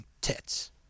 tits